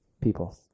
people